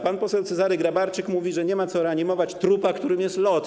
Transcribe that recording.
Pan poseł Cezary Grabarczyk mówi, że nie ma co reanimować trupa, którym jest LOT.